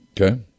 Okay